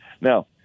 Now